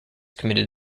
committed